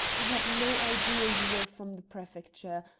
i had no idea you were from the prefecture,